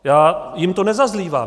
Já jim to nezazlívám.